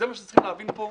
זה מה שצריכים להבין פה.